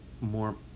more